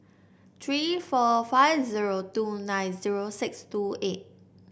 three four five zero two nine zero six two eight